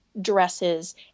dresses